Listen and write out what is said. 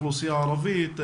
האוכלוסייה הערבית,